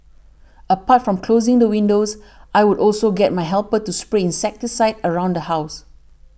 apart from closing the windows I would also get my helper to spray insecticide around the house